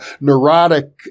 neurotic